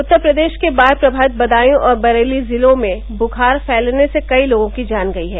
उत्तर प्रदेश के बाढ़ प्रमावित बदायूं और बरेली जिलों में बुखार फैलने से कई लोगों की जान गयी है